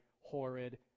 horrid